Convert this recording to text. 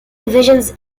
divisions